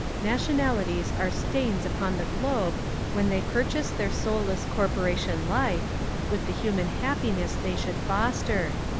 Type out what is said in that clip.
nationalities are stains upon the globe when they purchase their soulless corporation life with the human happiness they should foster.